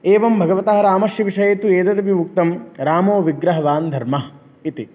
एवं भगवतः रामस्य विषये तु एतदपि उक्तं रामोविग्रहवान् धर्मः इति